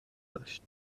داشت